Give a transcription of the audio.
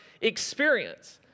experience